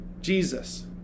Jesus